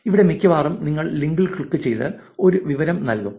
ഇവിടെ മിക്കവാറും നിങ്ങൾ ലിങ്കിൽ ക്ലിക്കുചെയ്ത് ഒരു വിവരങ്ങൾ നൽകും